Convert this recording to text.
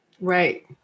Right